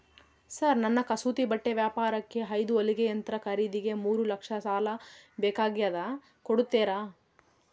Sir ನನ್ನ ಕಸೂತಿ ಬಟ್ಟೆ ವ್ಯಾಪಾರಕ್ಕೆ ಐದು ಹೊಲಿಗೆ ಯಂತ್ರ ಖರೇದಿಗೆ ಮೂರು ಲಕ್ಷ ಸಾಲ ಬೇಕಾಗ್ಯದ ಕೊಡುತ್ತೇರಾ?